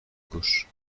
gauche